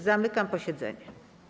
Zamykam posiedzenie.